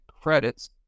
credits